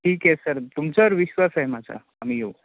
ठीक आहे सर तुमचावर विश्वास आहे माझा आम्ही येऊ